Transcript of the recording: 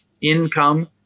income